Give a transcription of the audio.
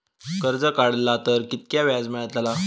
कर्ज काडला तर कीतक्या व्याज मेळतला?